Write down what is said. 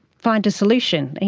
find a solution. and